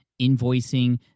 invoicing